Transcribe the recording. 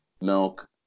milk